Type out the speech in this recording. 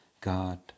God